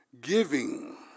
giving